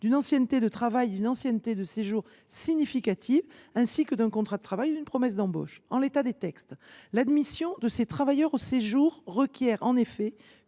d’une ancienneté significative de travail et de séjour, ainsi que d’un contrat de travail ou d’une promesse d’embauche. En l’état des textes, l’admission de ces travailleurs au séjour requiert en effet